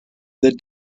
the